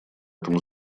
этом